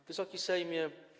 Wysoki Sejmie!